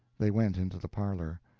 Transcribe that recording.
they went into the parlor.